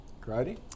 Grady